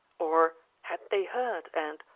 or had they heard and,